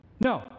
No